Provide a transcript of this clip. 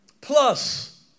Plus